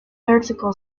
vertical